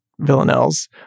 villanelles